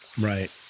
Right